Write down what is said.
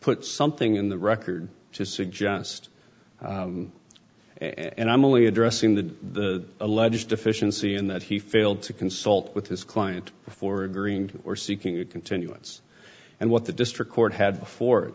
put something in the record to suggest and i'm only addressing the alleged deficiency in that he failed to consult with his client before agreeing or seeking a continuance and what the district court had before